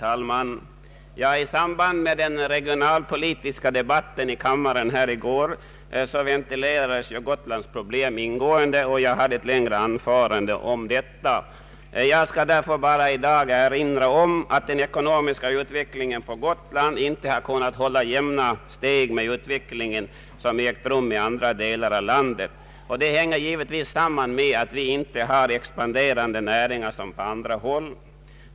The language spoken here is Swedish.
Herr talman! I samband med den regionalpolitiska debatten i kammaren i går ventilerades Gotlands problem ingående, och jag höll ett längre anförande om detta. Jag skall därför i dag bara erinra om att den ekonomiska utvecklingen på Gotland inte har kunnat hålla jämna steg med den utveckling som ägt rum i andra delar av landet. Detta hänger givetvis samman med att Gotland inte har sådana expanderande näringar som finns på andra håll.